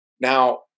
Now